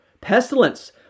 pestilence